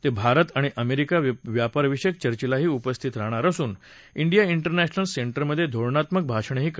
ते भारत आणि अमेरिका व्यापारविषयक चर्चेलाही उपस्थित राहणार असून डिया डेरनॅशनल सेंटरमधे धोरणात्मक भाषणही करणार आहेत